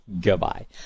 goodbye